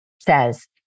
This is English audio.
says